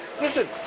Listen